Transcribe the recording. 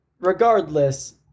Regardless